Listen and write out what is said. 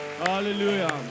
Hallelujah